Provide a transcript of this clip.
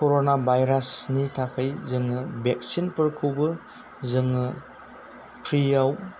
कर'ना भाइरासनि थाखोय जोङो भेक्सिनफोरखौबो जोङो फ्रियाव